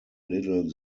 little